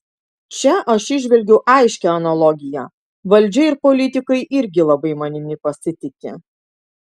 čia aš įžvelgiu aiškią analogiją valdžia ir politikai irgi labai manimi pasitiki